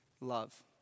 love